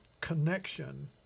connection